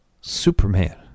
Superman